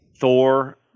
Thor